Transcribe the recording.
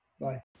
Bye